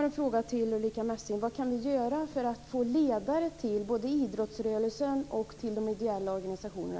Min fråga till Ulrica Messing är: Vad kan vi göra för att få ledare till både idrottsrörelsen och de ideella organisationerna?